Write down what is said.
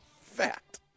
Fact